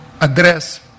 address